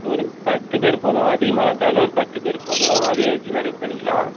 ஒரு பத்து பேர் போதும் அதிகமாகலாம் தேவையில்ல ஒரு பத்து பேர் போதும் அதையே வைச்சு மேனேஜ் பண்ணிக்கலாம்